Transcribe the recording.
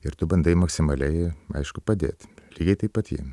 ir tu bandai maksimaliai aišku padėt lygiai taip pat ji